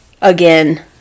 again